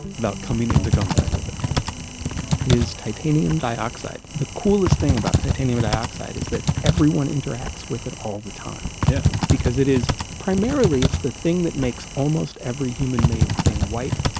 without coming into contact with it it is titanium dioxide. the coolest thing about titanium dioxide is that everyone interacts with it all the time. yeah because it is, primarily, it's the thing that makes almost every human-made thing white,